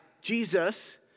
Jesus